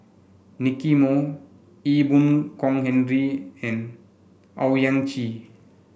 Nicky Moey Ee Boon Kong Henry and Owyang Chi